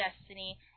Destiny